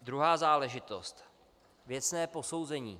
Druhá záležitost věcné posouzení.